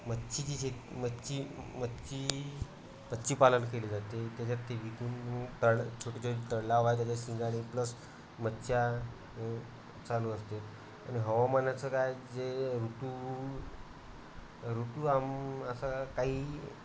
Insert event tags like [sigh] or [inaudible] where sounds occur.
मच्छीची शेती मच्छी मच्छी मच्छीपालन केली जाते त्याच्यात ते विकून तळ छोटे छोटे तळ [unintelligible] शिंगाडे प्लस मच्छी चालू असते आणि हवामानाचं काय जे ऋतू ऋतू आम असं काही